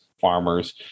farmers